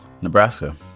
Nebraska